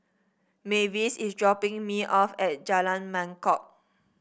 Mavis is dropping me off at Jalan Mangkok